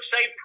say